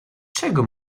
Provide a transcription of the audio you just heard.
czego